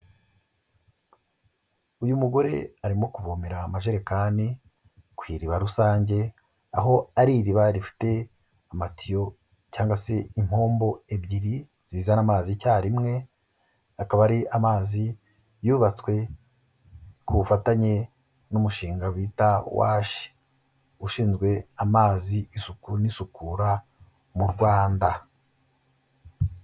Uyu mugore arimo kuvomera amajerekani ku iriba rusange, aho ari iriba rifite amatiyo cyangwa se impombo ebyiri zizana amazi icyarimwe, akaba ari amazi yubatswe ku bufatanye n'umushinga bita washi ushinzwe amazi, isuku n'isukura mu Rwanda.